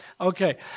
Okay